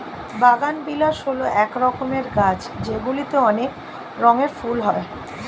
বাগানবিলাস হল এক রকমের গাছ যেগুলিতে অনেক রঙের ফুল হয়